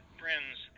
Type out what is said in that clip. friends